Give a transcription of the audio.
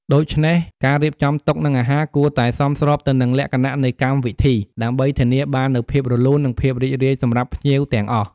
ដូច្នេះ ការរៀបចំតុ និងអាហារគួរតែ សមស្របទៅនឹងលក្ខណៈនៃកម្មវិធី ដើម្បីធានាបាននូវភាពរលូន និងភាពរីករាយសម្រាប់ភ្ញៀវទាំងអស់។